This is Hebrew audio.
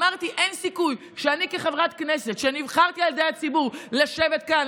אמרתי: אין סיכוי שאני כחברת כנסת שנבחרה על ידי הציבור לשבת כאן,